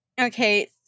Okay